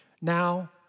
Now